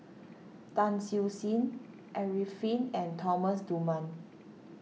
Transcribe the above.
Tan Siew Sin Arifin and Thomas Dunman